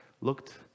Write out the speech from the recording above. looked